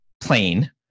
plane